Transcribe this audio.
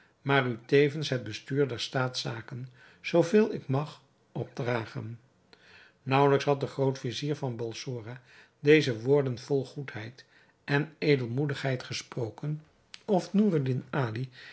maar u tevens het bestuur der staatszaken zoo veel ik mag opdragen naauwelijks had de groot-vizier van balsora deze woorden vol goedheid en edelmoedigheid gesproken of noureddin ali